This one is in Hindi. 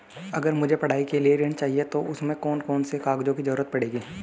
अगर मुझे पढ़ाई के लिए ऋण चाहिए तो उसमें कौन कौन से कागजों की जरूरत पड़ेगी?